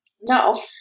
No